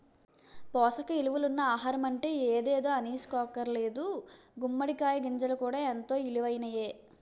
పోసక ఇలువలున్న ఆహారమంటే ఎదేదో అనీసుకోక్కర్లేదు గుమ్మడి కాయ గింజలు కూడా ఎంతో ఇలువైనయే